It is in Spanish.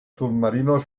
submarinos